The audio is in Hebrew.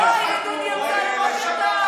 את יותר טובה מבנט?